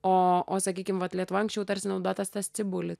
o o sakykim vat lietuvoj anksčiau tarsi naudotas tas cibuli